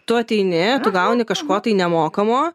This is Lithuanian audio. tu ateini tu gauni kažko tai nemokamo